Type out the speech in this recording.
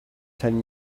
ten